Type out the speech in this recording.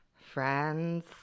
friends